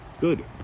Good